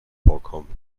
vorkommen